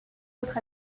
autres